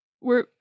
We're-